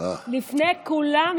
לפני כולם,